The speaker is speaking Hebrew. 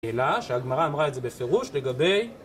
...אלא שהגמרא אמרה את זה בפירוש לגבי...